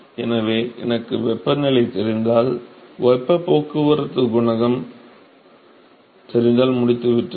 எனவே எனக்கு வெப்பநிலை தெரிந்தால் வெப்பப் போக்குவரத்து குணகம் தெரிந்தால் முடித்துவிட்டேன்